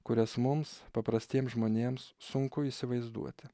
kurias mums paprastiem žmonėms sunku įsivaizduoti